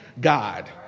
God